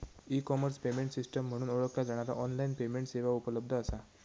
E commerce payment system म्हणून ओळखला जाणारा ऑनलाइन पेमेंट सेवा उपलब्ध असा